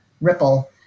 ripple